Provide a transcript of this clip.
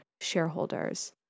shareholders